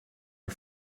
are